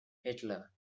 hitler